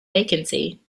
vacancy